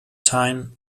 time